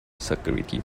security